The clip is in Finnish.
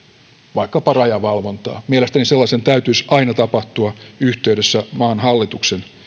vaikkapa rajavalvontaa mielestäni sellaisen täytyisi aina tapahtua yhteydessä maan hallituksen